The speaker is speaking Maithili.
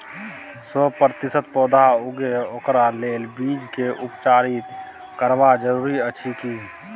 सौ प्रतिसत पौधा उगे ओकरा लेल बीज के उपचारित करबा जरूरी अछि की?